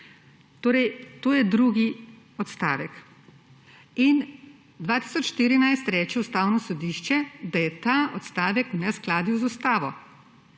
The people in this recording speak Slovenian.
Torej, to je drugi odstavek. In 2014 reče Ustavno sodišče, da je ta odstavek v neskladju z ustavo.